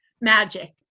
magic